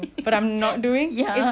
ya